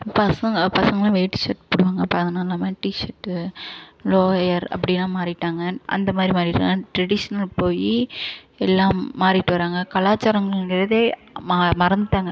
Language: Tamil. பசங்க பசங்கல்லாம் வேட்டி ஷர்ட் போடுவாங்க இப்போ அதெல்லாம் இல்லாமல் டிர்ட் லோயர் அப்படிலாம் மாறிவிட்டாங்க அந்த மாதிரி மாறிவிட்டாங்க ட்ரெடிஷ்னல் போய் எல்லாம் மாறி போகறாங்க கலாச்சாரங்கறதே மறந்துவிட்டாங்க